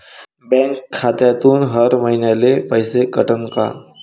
Bank खात्यातून हर महिन्याले पैसे कटन का?